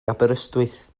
aberystwyth